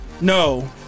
no